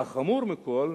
והחמור מכול,